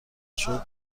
شد، به